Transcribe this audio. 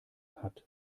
hat